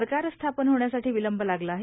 सरकार स्थापन होण्यासाठी विलंब लागला आहे